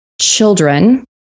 children